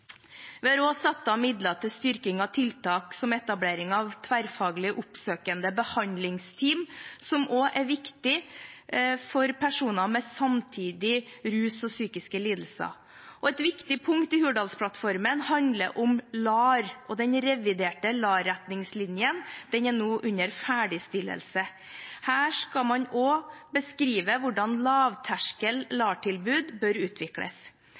Vi har satt av midler til styrking av tiltak som etablering av tverrfaglig oppsøkende behandlingsteam, som også er viktig for personer med samtidige rus- og psykiske lidelser. Et viktig punkt i Hurdalsplattformen handler om LAR. Den reviderte LAR-retningslinjen er nå under ferdigstillelse. Her skal man også beskrive hvordan lavterskel LAR-tilbud bør utvikles.